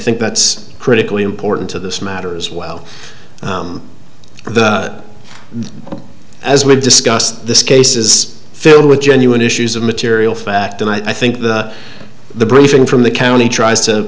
think that's critically important to this matter as well as we've discussed this case is filled with genuine issues of material fact and i think the the briefing from the county tries to